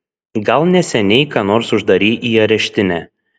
gal neseniai ką nors uždarei į areštinę